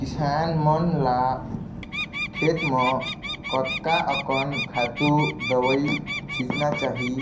किसान मन ल खेत म कतका अकन खातू, दवई छिचना चाही